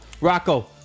Rocco